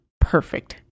perfect